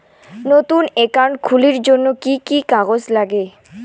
নতুন একাউন্ট খুলির জন্যে কি কি কাগজ নাগে?